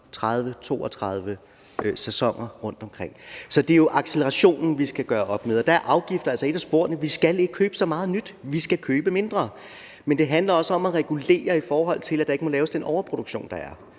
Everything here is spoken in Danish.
30, 32 sæsoner rundtomkring. Så det er jo accelerationen, vi skal gøre op med, og der er afgifter altså et af sporene. Vi skal ikke købe så meget nyt. Vi skal købe mindre. Men det handler også om at regulere, så der ikke laves den overproduktion, der er.